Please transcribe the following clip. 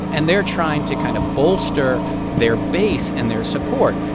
and they're trying to kind of bolster their base and their support.